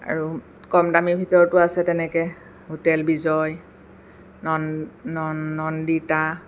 আৰু কমদামী ভিতৰতো আছে তেনেকৈ হোটেল বিজয় নন নন্দিতা